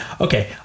Okay